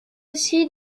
aussi